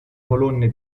colonne